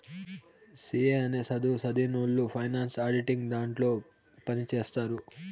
C A అనే సధువు సదివినవొళ్ళు ఫైనాన్స్ ఆడిటింగ్ అనే దాంట్లో పని చేత్తారు